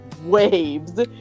waves